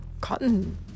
cotton